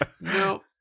no